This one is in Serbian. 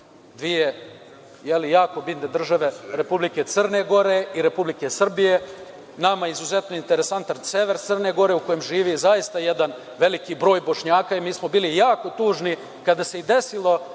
dve jako bitne države, Republike Crne Gore i Republike Srbije. Nama izuzetno interesantan sever Crne Gore u kojem živi zaista jedan veliki broj Bošnjaka, mi smo bili jako tužni kada se i desilo